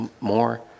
more